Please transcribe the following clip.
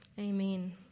Amen